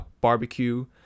barbecue